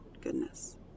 goodness